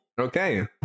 Okay